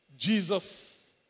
Jesus